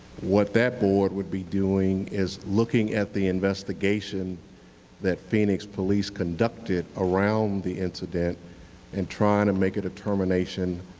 what that board would be doing is looking at the investigation that phoenix police conducted around the incident and trying to make a determination,